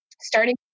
starting